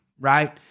right